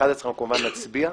ב-11:00 אנחנו כמובן נצביע.